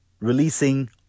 releasing